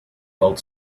both